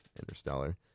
Interstellar